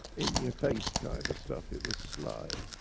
in your face kind of stuff. it was sly.